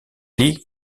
lee